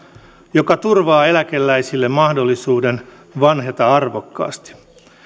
joka turvaa eläkeläisille mahdollisuuden vanheta arvokkaasti